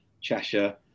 Cheshire